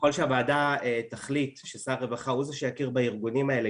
ככל שהוועדה תחליט ששר הרווחה הוא זה שיכיר בארגונים האלה,